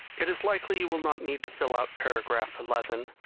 it is likely you will not need to fill out paragraph eleven,